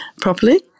properly